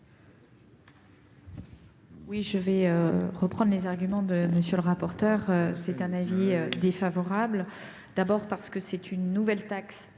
? Je vais reprendre les arguments de M. le rapporteur général. L'avis est défavorable, d'abord parce que c'est une nouvelle taxe